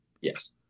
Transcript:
Yes